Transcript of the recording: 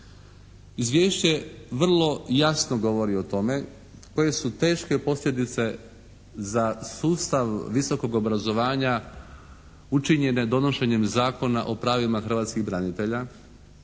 Izvješće vrlo jasno govori o tome koje su teške posljedice za sustav visokog obrazovanja učinjene donošenjem Zakona o pravima hrvatskih branitelja